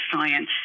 science